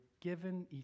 given